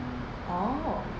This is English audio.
oh